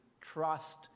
trust